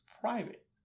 private